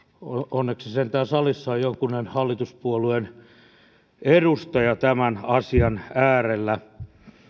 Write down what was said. onneksi sentään salissa on jokunen hallituspuolueen edustaja tämän asian äärellä